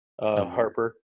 Harper